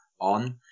on